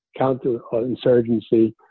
counterinsurgency